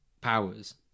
powers